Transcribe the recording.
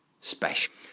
special